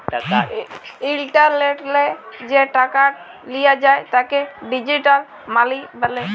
ইলটারলেটলে যে টাকাট লিয়া যায় তাকে ডিজিটাল মালি ব্যলে